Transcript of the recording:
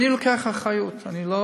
אני לוקח אחריות, אני לא